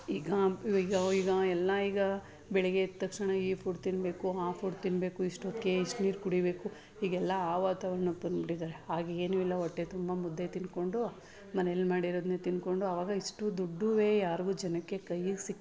ಈಗ ಈಗ ಈಗ ಎಲ್ಲ ಈಗ ಬೆಳಗ್ಗೆ ಎದ್ದ ತಕ್ಷಣ ಈ ಫುಡ್ ತಿನ್ನಬೇಕು ಆ ಫುಡ್ ತಿನ್ನಬೇಕು ಇಷ್ಟು ಹೊತ್ತಿಗೆ ಇಷ್ಟು ನೀರು ಕುಡಿಬೇಕು ಹೀಗೆಲ್ಲ ಆ ವಾತಾವರ್ಣಕ್ಕೆ ಬಂದ್ಬಿಟ್ಟಿದ್ದಾರೆ ಆಗ ಏನೂ ಇಲ್ಲ ಹೊಟ್ಟೆ ತುಂಬ ಮುದ್ದೆ ತಿಂದ್ಕೊಂಡು ಮನೇಲಿ ಮಾಡಿರೋದನ್ನೆ ತಿಂದ್ಕೊಂಡು ಅವಾಗ ಇಷ್ಟು ದುಡ್ಡುವೇ ಯಾರಿಗೂ ಜನಕ್ಕೆ ಕೈಯ್ಯಿಗೆ ಸಿಕ್ಕಿ